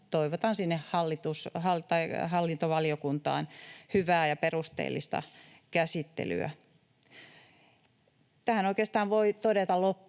toivotan sinne hallintovaliokuntaan hyvää ja perusteellista käsittelyä. Tähän loppuun oikeastaan voi todeta vielä